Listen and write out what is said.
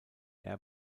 air